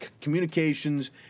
communications